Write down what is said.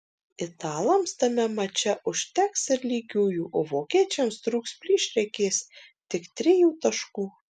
italams tame mače užteks ir lygiųjų o vokiečiams trūks plyš reikės tik trijų taškų